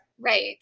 Right